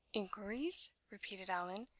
inquiries! repeated allan.